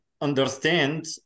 understand